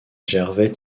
gervais